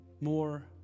more